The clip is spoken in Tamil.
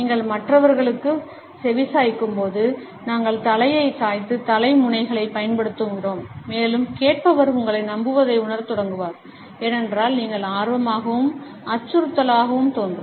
நீங்கள் மற்றவர்களுக்குச் செவிசாய்க்கும்போது நாங்கள் தலையை சாய்த்து தலை முனைகளைப் பயன்படுத்துகிறோம் மேலும் கேட்பவர் உங்களை நம்புவதை உணரத் தொடங்குவார் ஏனென்றால் நீங்கள் ஆர்வமாகவும் அச்சுறுத்தலாகவும் தோன்றும்